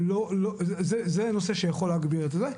אז זה נושא שיכול להגביר את זה.